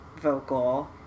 vocal